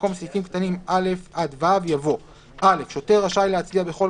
במקום סעיפים קטנים (א) עד (ו) יבוא: "(א) שוטר רשאי להצביע בכל